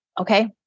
okay